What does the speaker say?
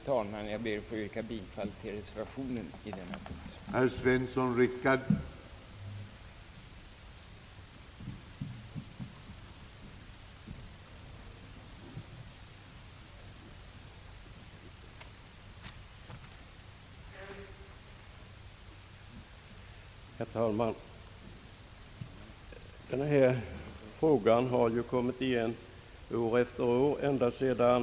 Jag ber, herr talman, att få yrka bifall till reservationen vid denna punkt.